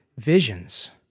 visions